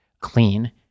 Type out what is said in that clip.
clean